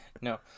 No